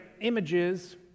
images